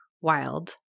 wild